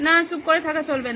না চুপ করে থাকা চলবে না